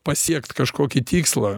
pasiekt kažkokį tikslą